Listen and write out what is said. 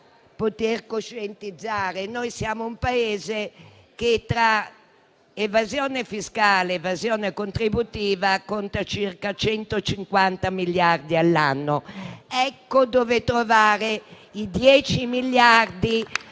poter concretizzare. Noi siamo un Paese che, tra evasione fiscale ed evasione contributiva, conta circa 150 miliardi all'anno. Ecco dove trovare i 10 miliardi